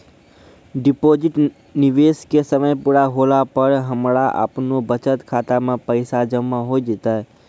Deposit निवेश के समय पूरा होला पर हमरा आपनौ बचत खाता मे पैसा जमा होय जैतै?